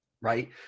right